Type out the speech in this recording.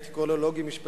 הייתי קורא לו לוגי-משפטי,